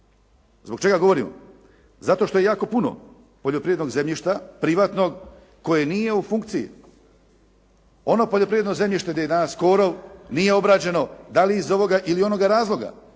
Zbog čega govorimo ? zato što je jako puno poljoprivrednog zemljišta privatno koje nije u funkciji. On poljoprivredno zemljište gdje je danas korov, nije obrađeno dali iz ovoga ili onoga razloga,